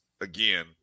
again